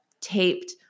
taped